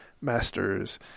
masters